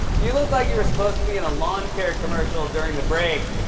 you look like you were supposed to be in a lawn-care commercial during the break,